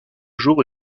jours